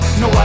no